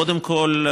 קודם כול,